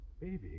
Baby